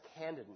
candidness